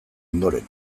ondoren